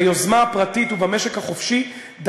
ביוזמה הפרטית ובמשק החופשי,